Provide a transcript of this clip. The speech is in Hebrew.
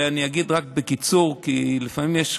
אני אגיד רק בקיצור, כי לפעמים יש,